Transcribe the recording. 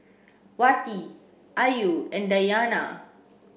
Wati Ayu and Dayana